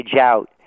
out